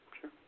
sure